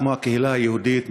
כמו הקהילה היהודית,